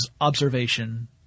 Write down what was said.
observation